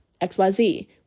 XYZ